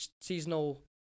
seasonal